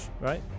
right